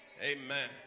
Amen